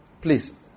Please